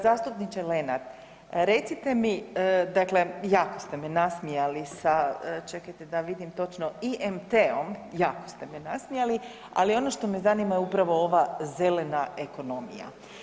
Zastupniče Lenart, dakle jako ste me nasmijali sa čekajte da vidim točno, IMT-om jako ste me nasmijali, ali ono što me zanima je upravo ova zelena ekonomija.